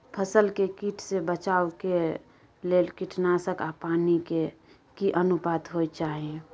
फसल के कीट से बचाव के लेल कीटनासक आ पानी के की अनुपात होय चाही?